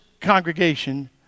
congregation